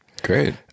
great